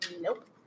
Nope